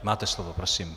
Máte slovo, prosím.